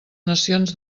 nacions